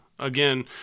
Again